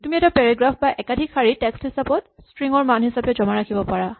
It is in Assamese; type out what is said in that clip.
তুমি এটা পেৰেগ্ৰাফ বা একাধিক শাৰী টেক্স্ট হিচাপত ষ্ট্ৰিং ৰ মান হিচাপে জমা ৰাখিব পাৰা